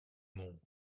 muł